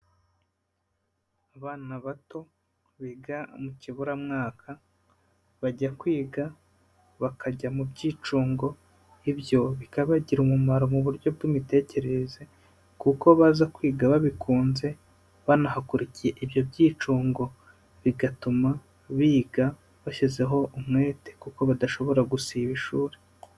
Abana bato biga mu kiburamwaka bajya kwiga bakajya mu byicungo, ibyo bikabagira umumaro mu buryo bw'imitekerereze kuko baza kwiga babikunze banahakurikiye ibyo byicungo bigatuma biga bashyizeho umwete kuko badashobora gusiba ishuri.